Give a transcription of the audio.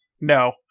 no